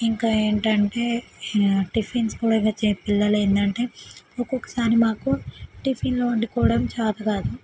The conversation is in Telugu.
ఇంకా ఏంటంటే టిఫిన్స్ కూడా ఇంకా చే పిల్లలు ఏందంటే ఒక్కొక్కసారి మాకు టిఫిన్లు వండుకోవడం చేతకాదు